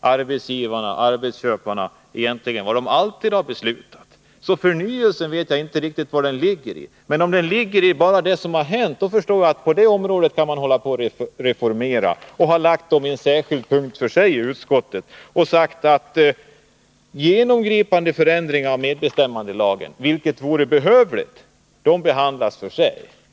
arbetsgivarna, arbetsköparna, på samma sätt som de alltid har beslutat. Jag vet alltså inte riktigt vari den här förnyelsen ligger. Men om den ligger i att lagstiftningen behöver ändras bara på grund av de erfarenheter som gjorts, då förstår jag att man kan tala om att reformera på det här området. Utskottet har dessutom behandlat de här frågorna under en särskild punkt i betänkandet. Utskottet säger att frågor som rör en genomgripande förändring av medbestämmandelagen, vilket vore behövligt, behandlas för sig.